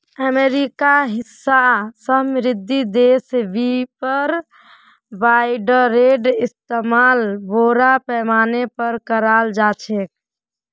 अमेरिकार हिस्सा समृद्ध देशत रीपर बाइंडरेर इस्तमाल बोरो पैमानार पर कराल जा छेक